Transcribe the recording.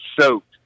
soaked